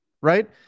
right